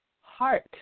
heart